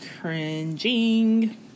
cringing